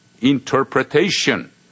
interpretation